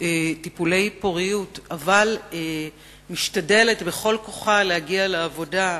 טיפולי פוריות אבל משתדלת בכל כוחה להגיע לעבודה,